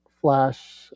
Flash